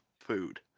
food